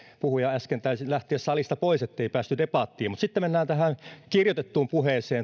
puhuja taisi äsken lähteä salista pois ettei päästy debattiin sitten mennään tähän kirjoitettuun puheeseen